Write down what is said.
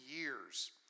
years